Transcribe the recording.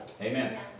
Amen